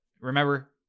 Remember